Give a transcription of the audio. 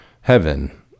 heaven